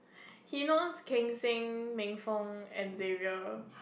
he knows Keng-Seng Ming-Fong and Darrel